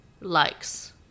likes